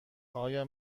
آیا